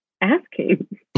asking